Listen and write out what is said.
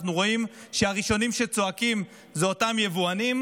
אנחנו רואים שהראשונים שצועקים זה אותם יבואנים,